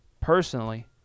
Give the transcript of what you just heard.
Personally